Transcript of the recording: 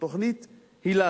למשל תוכנית היל"ה,